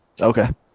Okay